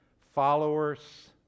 followers